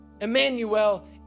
Emmanuel